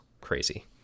crazy